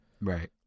right